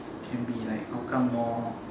can be like Hougang mall